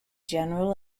general